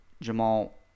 Jamal